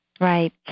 Right